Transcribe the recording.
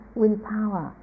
willpower